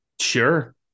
Sure